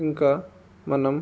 ఇంకా మనం